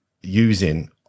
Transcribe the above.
using